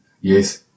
Yes